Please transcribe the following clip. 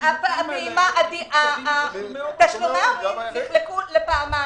האלה --- נאספו תשלומי הורים לפעמים,